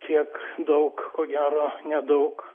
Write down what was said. kiek daug gero nedaug